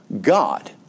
God